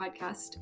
podcast